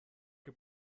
que